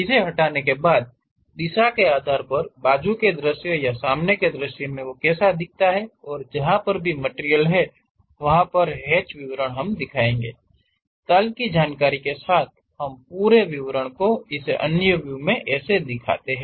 इसे हटाने के बाद दिशा के आधार पर बाजू के दृश्य या सामने के दृश्य में कैसा दिखता है और जहा पर भी मटिरियल हैं वह पर हैच विवरण हम इसे दिखाएंगे तल की जानकारी के साथ हम पूरे विवरण को इसे अन्य व्यू में ऐसे दिखाते हैं